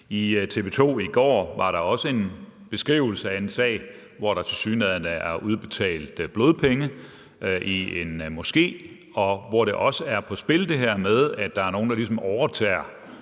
I TV2 i går var der også en beskrivelse af en sag, hvor der tilsyneladende er udbetalt blodpenge i en moské, og hvor der også er det på spil, at der er nogle, der ligesom overtager